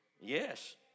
Yes